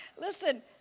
Listen